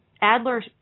Adler